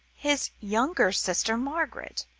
his younger sister margaret,